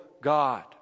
God